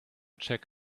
check